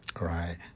right